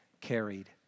carried